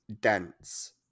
dense